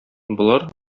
болар